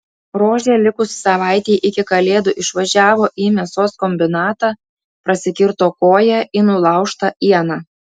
rožė likus savaitei iki kalėdų išvažiavo į mėsos kombinatą prasikirto koją į nulaužtą ieną